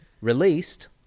Released